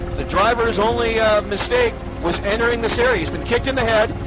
the driver's only mistake was entering this area. he's been kicked in the head.